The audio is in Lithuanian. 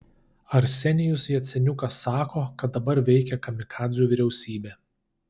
arsenijus jaceniukas sako kad dabar veikia kamikadzių vyriausybė